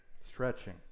Stretching